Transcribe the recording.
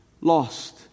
lost